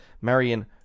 Marion